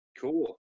cool